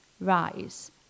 Rise